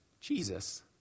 Jesus